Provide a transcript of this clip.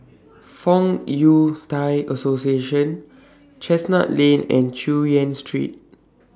Fong Yun Thai Association Chestnut Lane and Chu Yen Street